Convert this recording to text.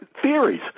theories